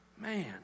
Man